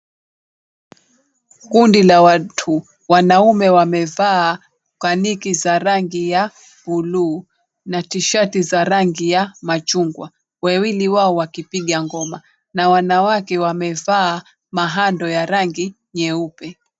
Kundi la watu, wanaume wamevaa kaniki wa rangi ya bluu na tishati za rangi ya machungwa, wawili wao wakipiga ngoma na wanawake wamevaa mahando ya rangi nyeupe.